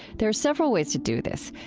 there are several ways to do this.